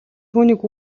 түүнийг